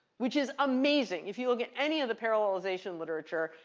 which is amazing. if you will get any of the parallelization literature,